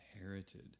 inherited